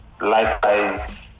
Likewise